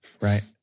right